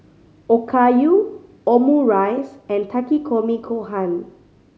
Okayu Omurice and Takikomi Gohan